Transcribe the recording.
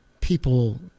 people